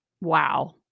wow